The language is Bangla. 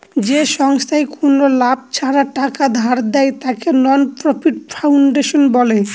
যে সংস্থায় কোনো লাভ ছাড়া টাকা ধার দেয়, তাকে নন প্রফিট ফাউন্ডেশন বলে